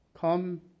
come